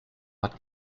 what